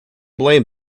blame